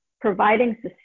providing